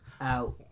out